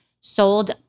sold